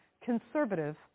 conservative